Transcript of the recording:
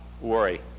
Worry